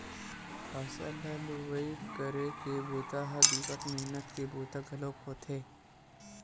फसल ल लुवई करे के बूता ह बिकट मेहनत के बूता घलोक होथे